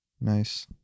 Nice